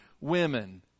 women